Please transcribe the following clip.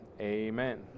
Amen